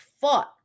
fought